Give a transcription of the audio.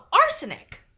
arsenic